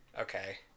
okay